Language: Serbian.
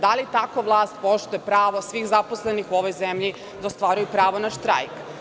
Da li tako vlast poštuje pravo svih zaposlenih u ovoj zemlji da ostvaruju pravo na štrajk?